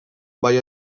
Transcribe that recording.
bai